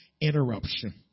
interruption